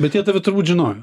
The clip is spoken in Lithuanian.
bet jie tave turbūt žinojo